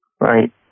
Right